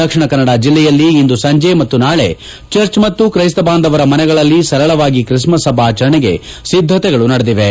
ದಕ್ಷಿಣ ಕನ್ನಡ ಜಿಲ್ಲೆಯಲ್ಲಿ ಇಂದು ಸಂಜೆ ಮತ್ತು ನಾಳೆ ಚರ್ಚ್ ಮತ್ತು ಕ್ರೈಸ್ತಬಾಂಧವರ ಮನೆಗಳಲ್ಲಿ ಸರಳವಾಗಿ ಕ್ರಿಸ್ಮಸ್ ಹಬ್ಬ ಆಚರಣೆಗೆ ಸಿದ್ಧತೆಗಳು ನಡೆದಿವೆ